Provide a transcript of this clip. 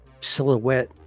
silhouette